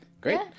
Great